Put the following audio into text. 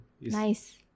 Nice